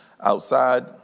outside